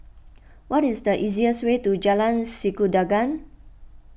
what is the easiest way to Jalan Sikudangan